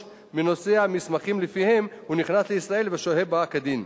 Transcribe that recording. מנוסע מסמכים שלפיהם הוא נכנס לישראל ושוהה בה כדין.